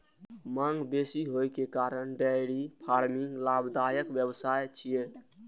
मांग बेसी होइ के कारण डेयरी फार्मिंग लाभदायक व्यवसाय छियै